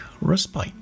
Respite